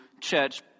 church